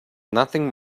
nothing